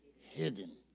hidden